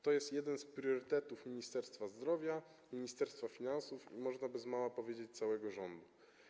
To jest jeden z priorytetów Ministerstwa Zdrowia, Ministerstwa Finansów i, można bez mała powiedzieć, całego rządu.